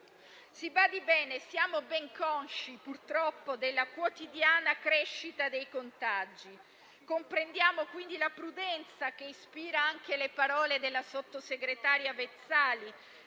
Si badi bene: siamo ben consci, purtroppo, della quotidiana crescita dei contagi e comprendiamo, quindi, la prudenza che ispira anche le parole della sottosegretaria Vezzali,